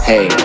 Hey